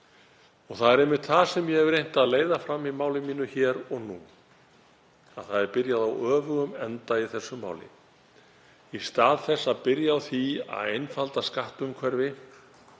…“ Það er einmitt það sem ég hef reynt að leiða fram í máli mínu hér og nú, að það er byrjað á öfugum enda í þessu máli. Í stað þess að byrja á því að einfalda skattumhverfi